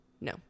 No